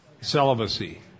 celibacy